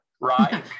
right